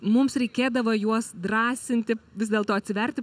mums reikėdavo juos drąsinti vis dėlto atsiverti